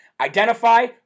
Identify